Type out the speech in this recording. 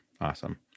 Awesome